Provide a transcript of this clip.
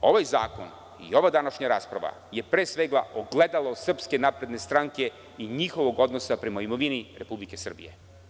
Ovaj zakon i ova današnja rasprava je pre svega ogledalo SNS i njihovog odnosa prema imovini Republike Srbije.